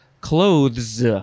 clothes